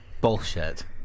Bullshit